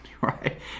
right